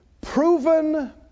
proven